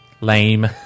Lame